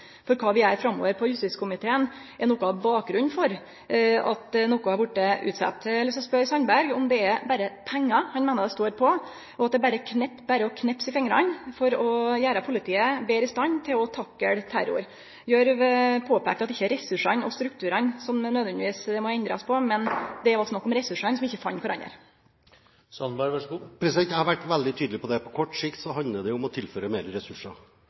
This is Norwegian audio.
har lyst til å spørje Sandberg om det berre er pengar han meiner det står på, og om det berre er å knipse i fingrane for å gjere politiet betre i stand til å takle terror. Gjørv-kommisjonen peika på at det ikkje er ressursane og strukturane som ein nødvendigvis måtte endre på, men at det var snakk om ressursane som ikkje fann kvarandre. Jeg har vært veldig tydelig på dette. På kort sikt handler det om å tilføre